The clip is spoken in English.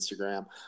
Instagram